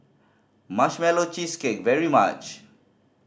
Marshmallow Cheesecake very much